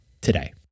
today